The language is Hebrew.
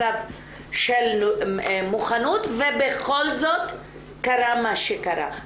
מצב של מוכנות ובכל זאת קרה מה שקרה.